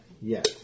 Yes